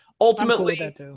Ultimately